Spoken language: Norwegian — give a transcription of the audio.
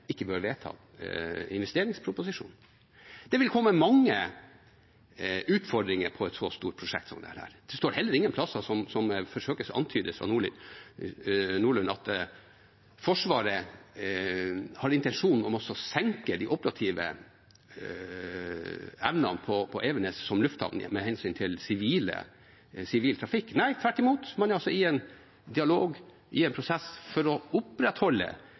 ikke bør vedta investeringsproposisjonen. Det vil komme mange utfordringer i et så stort prosjekt som dette. Det står heller ingen steder – slik det forsøkes antydet fra representanten Nordlunds side – at Forsvaret har en intensjon om å senke de operative evnene på Evenes som lufthavn med hensyn til sivil trafikk. Nei, tvert imot: Man er i en dialog, i en prosess, for å opprettholde